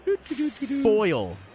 Foil